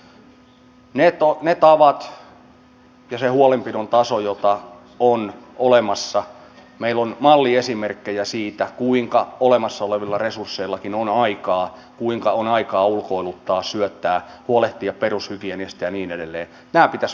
ne tavat ja se huolenpidon taso jotka ovat olemassa meillä on malliesimerkkejä siitä kuinka olemassa olevilla resursseillakin on aikaa ulkoiluttaa syöttää huolehtia perushygieniasta ja niin edelleen pitäisi vaan saada leviämään